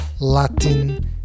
Latin